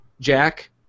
jack